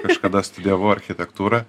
kažkada studijavau architektūrą